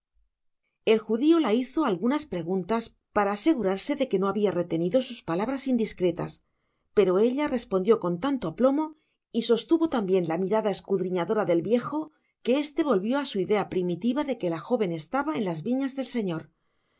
el judio la hizo aun algunas preguntas para asegurarse do que no habia retenido sus palabras indiscretas pero ella respondió con tanto aplomo y sostuvo tan bien la mirada escuadronado ra del viejo que éste volvió á su idea primitiva de que la joven estaba en las viñas del señor